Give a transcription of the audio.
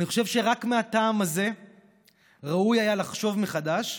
אני חושב שרק מהטעם הזה ראוי היה לחשוב מחדש,